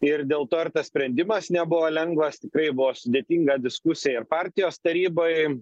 ir dėl to ir tas sprendimas nebuvo lengvas tikrai buvo sudėtinga diskusija ir partijos tarybai